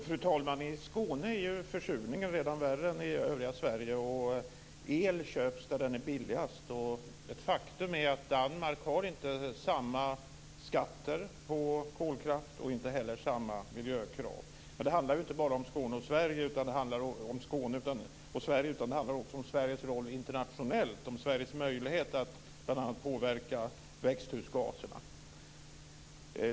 Fru talman! I Skåne är försurningen värre än i övriga Sverige. El köps där den är billigast. Ett faktum är att Danmark inte har samma skatter på kolkraft och inte heller samma miljökrav. Men det handlar ju inte bara om Skåne och Sverige, utan det handlar också om Sveriges roll internationellt och Sveriges möjlighet att påverka bl.a. växthusgaserna.